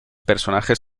personajes